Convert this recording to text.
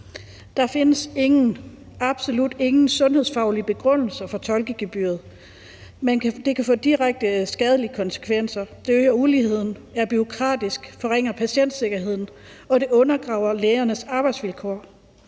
Der findes ingen, absolut ingen, sundhedsfaglige begrundelser for tolkegebyret, men det kan få direkte skadelige konsekvenser. Det øger uligheden, det er bureaukratisk, det forringer patientsikkerheden, og det undergraver lægernes arbejdsvilkår.